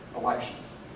elections